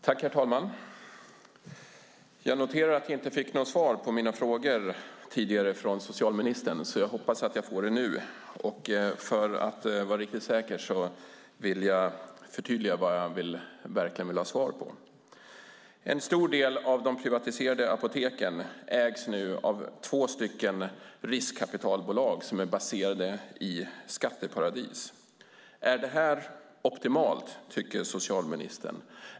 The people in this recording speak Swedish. Herr talman! Jag noterar att jag inte fick något svar på mina frågor tidigare från socialministern. Jag hoppas att jag får det nu, och för att vara riktigt säker vill jag förtydliga vad jag verkligen vill ha svar på. En stor del av de privatiserade apoteken ägs nu av två riskkapitalbolag som är baserade i skatteparadis. Tycker socialministern att det är optimalt?